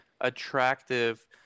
attractive